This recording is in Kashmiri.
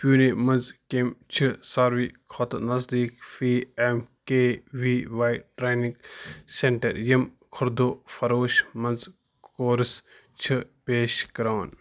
پونے منٛز کٔمۍ چھ ساروی کھوتہٕ نزدیٖک P M K V Y training centre یِم خۄردُہ فروش منٛز کورس چھِ پیش کران